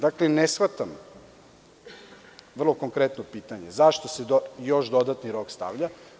Dakle, ne shvatam, vrlo konkretno pitanje, zašto se još dodatni rok stavlja?